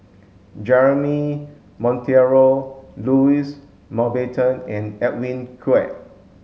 Jeremy Monteiro Louis Mountbatten and Edwin Koek